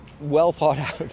well-thought-out